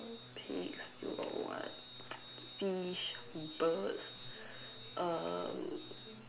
pigs you got what fish birds um